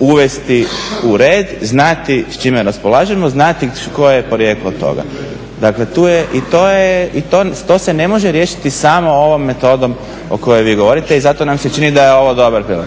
uvesti u red, znati s čime raspolažemo, znati koje je porijeklo toga. Dakle tu je i to se ne može riješiti samo ovom metodom o kojoj vi govorite. I zato nam se čini da je ovo dobar